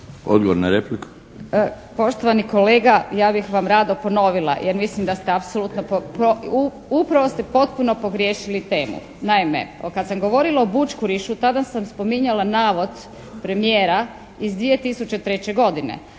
Alenka (HNS)** Poštovani kolega ja bih vam rado ponovila, jer mislim da ste apsolutno, upravo ste potpuno pogriješili temu. Naime, kad sam govorila o bućkurišu tada sam spominjala navod premijera iz 2003. godine.